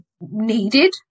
needed